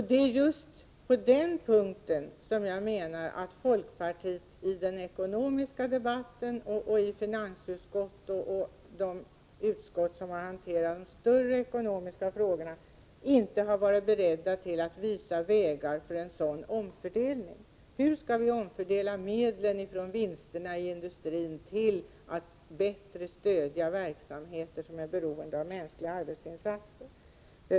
Det är just på den punkten som jag menar att man inom folkpartiet i den ekonomiska debatten och även i finansutskottet och andra utskott som har att hantera de större ekonomiska frågorna inte har varit beredd att anvisa vägar för en sådan här omfördelning. Hur skall vi omfördela medlen från vinsterna i industrin, så att de bättre kan användas till att stödja verksamheter som är beroende av mänskliga arbetsinsatser?